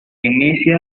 inicia